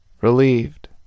Relieved